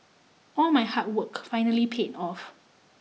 all my hard work finally paid off